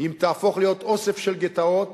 אם תהפוך להיות אוסף של גטאות,